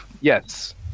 Yes